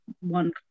one